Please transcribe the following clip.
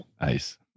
Nice